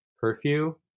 curfew